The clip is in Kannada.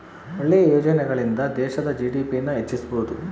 ಒಳ್ಳೆ ಯೋಜನೆಗಳಿಂದ ದೇಶದ ಜಿ.ಡಿ.ಪಿ ನ ಹೆಚ್ಚಿಸ್ಬೋದು